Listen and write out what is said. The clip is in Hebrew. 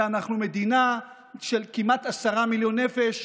אלא אנחנו מדינה של כמעט עשרה מיליון נפש,